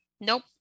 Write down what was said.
Nope